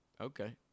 Okay